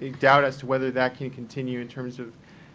a doubt as to whether that can continue in terms of